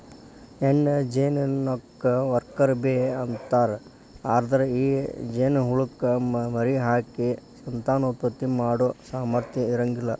ಹೆಣ್ಣ ಜೇನನೊಣಕ್ಕ worker bee ಅಂತಾರ, ಅದ್ರ ಈ ಜೇನಹುಳಕ್ಕ ಮರಿಹಾಕಿ ಸಂತಾನೋತ್ಪತ್ತಿ ಮಾಡೋ ಸಾಮರ್ಥ್ಯ ಇರಂಗಿಲ್ಲ